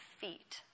feet